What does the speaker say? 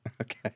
Okay